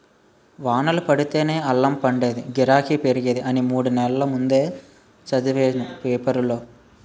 వానలు పడితేనే అల్లం పండేదీ, గిరాకీ పెరిగేది అని మూడు నెల్ల ముందే సదివేను పేపరులో